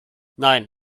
nein